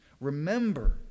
remember